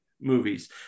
movies